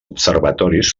observatoris